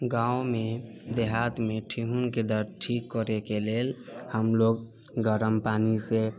गाँव मे देहात मे ठेहुन के दर्द ठीक करयके लेल हमलोग गरम पानी से